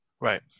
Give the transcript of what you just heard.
Right